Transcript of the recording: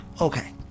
Okay